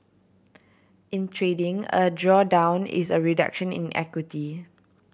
in trading a drawdown is a reduction in equity